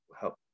help